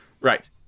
Right